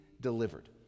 delivered